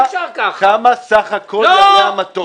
כמה סך הכול יעלה המטוס?